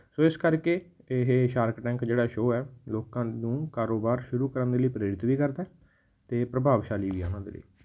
ਸੋ ਇਸ ਕਰਕੇ ਇਹ ਸ਼ਾਰਕ ਟੈਂਕ ਜਿਹੜਾ ਸ਼ੋਅ ਹੈ ਲੋਕਾਂ ਨੂੰ ਕਾਰੋਬਾਰ ਸ਼ੁਰੂ ਕਰਨ ਦੇ ਲਈ ਪ੍ਰੇਰਿਤ ਵੀ ਕਰਦਾ ਅਤੇ ਪ੍ਰਭਾਵਸ਼ਾਲੀ ਵੀ ਹੈ ਉਹਨਾਂ ਦੇ ਲਈ